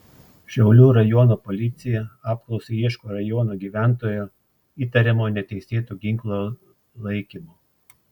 šiaulių rajono policija apklausai ieško rajono gyventojo įtariamo neteisėtu ginklu laikymu